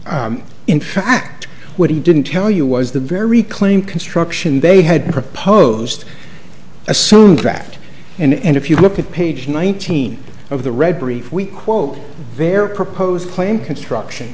earth in fact what he didn't tell you was the very claim construction they had proposed assumed cracked and if you look at page nineteen of the red brief we quote very proposed claim construction